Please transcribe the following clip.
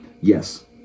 yes